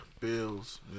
Bills